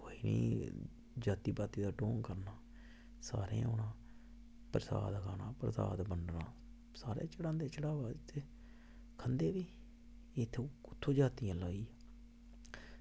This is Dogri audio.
कोई निं जाति पाती दा ढोंग करना सारें औना प्रसाद खाना प्रसाद बंडना सारे चढ़ांदे चढ़ावा उत्थै खंदे बी इत्थें जाति दा लाई